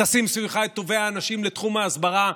תשים סביבך את טובי האנשים לתחום ההסברה,